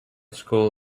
school